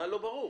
מה לא ברור?